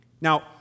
Now